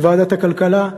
בוועדת הכלכלה.